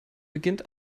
beginnt